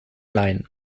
leihen